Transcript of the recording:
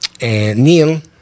Neil